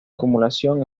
acumulación